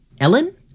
Ellen